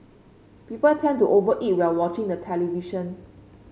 people tend to over eat while watching the television